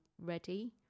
ready